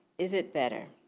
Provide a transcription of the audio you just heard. is it better?